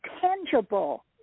tangible